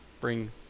Bring